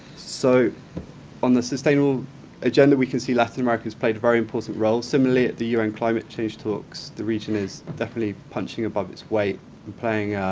so on the sustainable agenda, we can see latin america has played a very important role, similarly at the un climate change talks. the region is definitely punching above its weight and playing